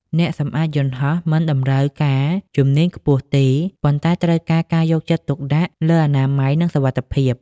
អ្នកសម្អាតយន្តហោះមិនតម្រូវការជំនាញខ្ពស់ទេ ប៉ុន្តែត្រូវការការយកចិត្តទុកដាក់លើអនាម័យនិងសុវត្ថិភាព។